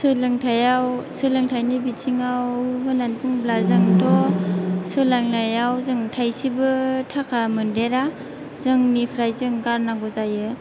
सोलोंथाइयाव सोलोंथाइनि बिथिङाव होन्नानै बुंब्ला जोंथ' सोलोंनायाव जों थाइसेबो थाखा मोनदेरा जोंनिफ्राय जोंं गारनांगौ जायो